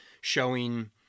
showing